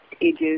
ages